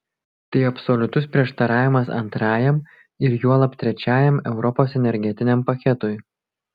tai absoliutus prieštaravimas antrajam ir juolab trečiajam europos energetiniam paketui